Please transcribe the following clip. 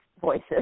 voices